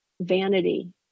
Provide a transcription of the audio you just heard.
vanity